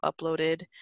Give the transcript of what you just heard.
uploaded